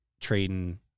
trading